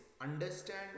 understand